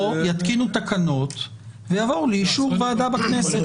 או יתקינו תקנות ויבואו לאישור ועדה בכנסת.